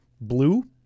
Blue